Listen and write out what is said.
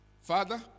Father